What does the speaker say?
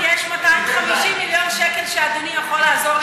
על פניו יש 250 מיליון שקל שאדוני יכול לעזור,